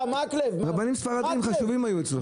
רבנים ספרדים חשובים היו אצלך.